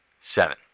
seven